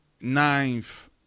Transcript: Ninth